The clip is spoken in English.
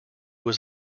was